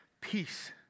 peace